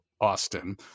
Austin